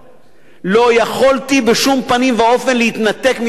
לא יכולתי בשום פנים ואופן להתנתק מן המחשבה